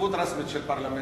השתתפות רשמית של פרלמנטים,